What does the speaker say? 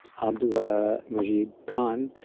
abdul mujeeb khan,